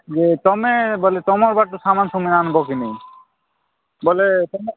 ଯେ ତୁମେ ବୋଲେ ତୁମ ପଟୁ ସାମାନ୍ ସୁମନ ସବୁ ଆଣିବକି ନାଇଁ ବୋଲେ